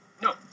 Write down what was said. No